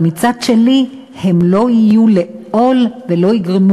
אבל מצד שני הם לא יהיו לעול ולא יגרמו